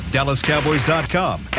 DallasCowboys.com